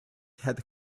had